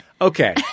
Okay